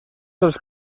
els